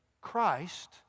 Christ